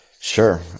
Sure